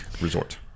resort